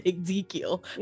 Ezekiel